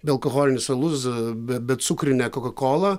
bealkoholinis alus be becukrinė kokakola